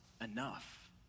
enough